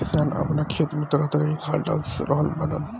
किसान आपना खेत में तरह तरह के खाद डाल रहल बाड़न